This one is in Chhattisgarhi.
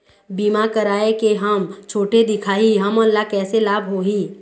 बीमा कराए के हम छोटे दिखाही हमन ला कैसे लाभ होही?